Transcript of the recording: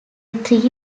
three